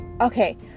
okay